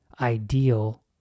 ideal